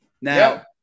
Now